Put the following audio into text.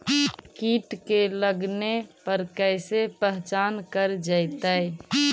कीट के लगने पर कैसे पहचान कर जयतय?